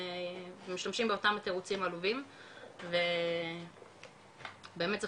ומשתמשים באותם התירוצים העלובים ובאמת צריך